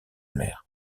mère